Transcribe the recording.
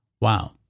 Wow